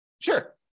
Sure